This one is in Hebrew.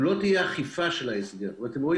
אם לא תהיה אכיפה של ההסגר ואתם רואים